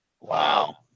Wow